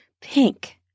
pink